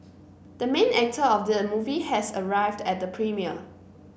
the main actor of the movie has arrived at the premiere